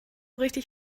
richtig